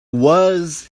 was